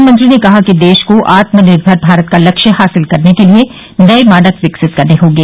प्रधानमंत्री ने कहा कि देश को आत्मनिर्भर भारत का लक्ष्य हासिल करने के लिए नए मानक विकसित करने होंगे